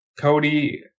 Cody